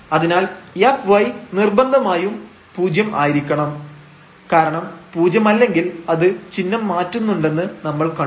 അതിനാൽ fy നിർബന്ധമായും 0 ആയിരിക്കണം കാരണം പൂജ്യമല്ലെങ്കിൽ അത് ചിഹ്നം മാറ്റുന്നുണ്ടെന്ന് നമ്മൾ കണ്ടു